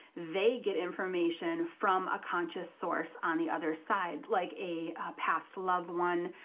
they get information from a conscious source on the otherside, like a passed love one,